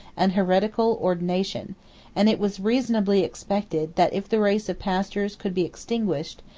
an heretical ordination and it was reasonably expected, that if the race of pastors could be extinguished,